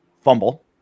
Fumble